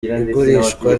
igurishwa